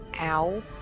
Ow